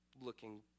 looking